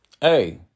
hey